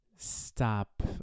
stop